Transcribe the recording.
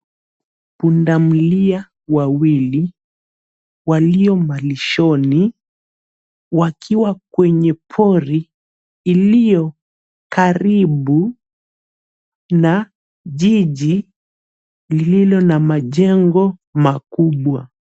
Punda mlia wawili, walio malishoni ,wakiwa kwenye pori iliyo karibu na jiji lililo na majengo makubwa.